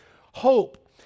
Hope